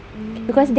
mm